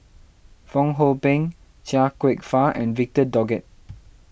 Fong Hoe Beng Chia Kwek Fah and Victor Doggett